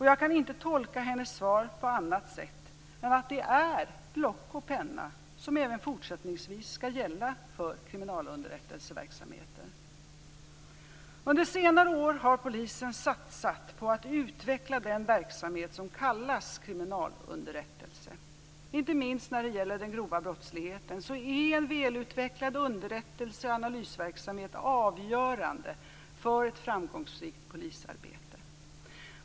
Jag kan inte tolka hennes svar på annat sätt än att det är block och penna som även fortsättningsvis skall gälla för kriminalunderrättelseverksamhet. Under senare år har polisen satsat på att utveckla den verksamhet som kallas kriminalunderrättelseverksamhet. Inte minst när det gäller den grova brottsligheten är en välutvecklad underrättelse och analysverksamhet avgörande för ett framgångsrikt polisarbete.